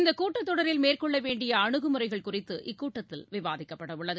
இந்தக் கூட்டத்தொடரில் மேற்கொள்ள வேண்டிய அனுகுமுறைகள் குறித்து இக்கூட்டத்தில் விவாதிக்கப்படவுள்ளது